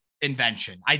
invention